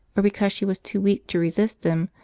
or because she was too weak to resist them,